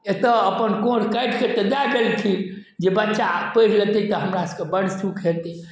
एतऽ अपन कोढ़ि काटिके तऽ दै देलखिन जे बच्चा पढ़ि लेतै तऽ हमरा सबके बड़ सुख हेतै